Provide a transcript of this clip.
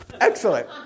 Excellent